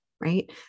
right